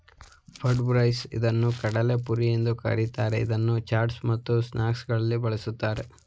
puffed rice ಇದನ್ನು ಕಡಲೆಪುರಿ ಎಂದು ಕರಿತಾರೆ, ಇದನ್ನು ಚಾಟ್ಸ್ ಮತ್ತು ಸ್ನಾಕ್ಸಗಳಲ್ಲಿ ಬಳ್ಸತ್ತರೆ